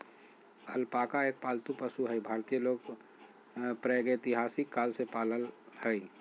alpaca एक पालतू पशु हई भारतीय लोग प्रागेतिहासिक काल से पालय हई